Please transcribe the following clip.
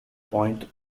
point